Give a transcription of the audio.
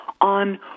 on